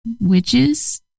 witches